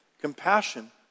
Compassion